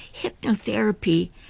hypnotherapy